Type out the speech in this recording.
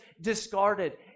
discarded